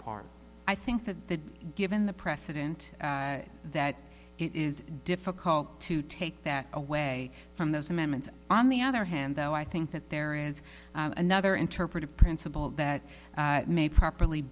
part i think that given the precedent that it is difficult to take that away from those amendments on the other hand though i think that there is another interpretive principle that may properly